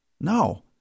No